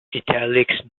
italics